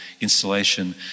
installation